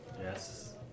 Yes